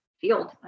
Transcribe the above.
field